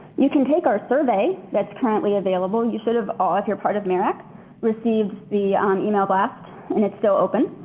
you can take our survey that's currently available. sort of ah if you're part of marac received the um email blast and it's still open.